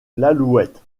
l’alouette